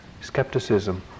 skepticism